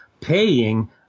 paying